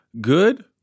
good